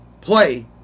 Play